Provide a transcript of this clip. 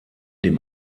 dem